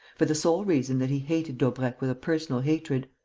for the sole reason that he hated daubrecq with a personal hatred.